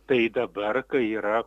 tai dabar kai yra